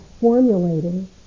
formulating